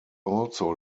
also